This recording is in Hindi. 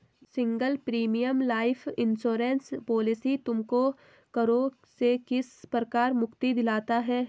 Single premium life insurance policy तुमको करों से किस प्रकार मुक्ति दिलाता है?